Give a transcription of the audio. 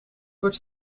wordt